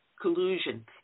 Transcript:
collusion